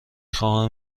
خواهم